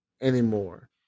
anymore